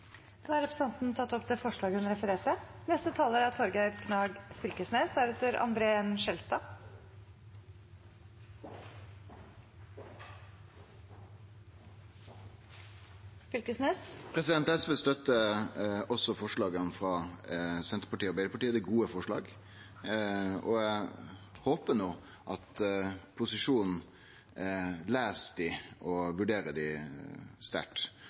har representanten Emilie Enger Mehl tatt opp det forslaget hun refererte til. SV støttar også forslaga frå Senterpartiet og Arbeidarpartiet. Det er gode forslag. Eg håper posisjonen les dei og vurderer dei sterkt.